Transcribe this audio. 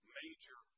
major